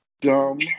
Dumb